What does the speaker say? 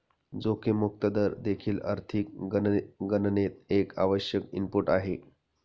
जोखीम मुक्त दर देखील आर्थिक गणनेत एक आवश्यक इनपुट आहे